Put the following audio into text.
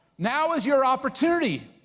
now is your opportunity.